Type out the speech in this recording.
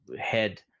head